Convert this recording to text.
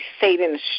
Satan's